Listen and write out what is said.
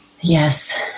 Yes